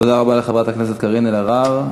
תודה רבה לחברת הכנסת קארין אלהרר.